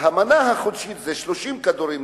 המנה החודשית היא 30 כדורים.